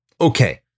Okay